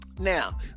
Now